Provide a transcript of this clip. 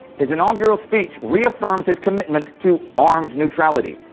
his inaugural speech reaffirms his commitment to armed neutrality.